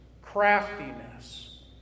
craftiness